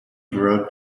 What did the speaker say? wrote